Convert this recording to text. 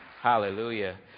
Hallelujah